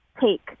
take